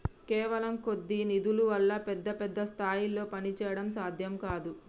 కేవలం కొద్ది నిధుల వల్ల పెద్ద పెద్ద స్థాయిల్లో పనిచేయడం సాధ్యం కాదు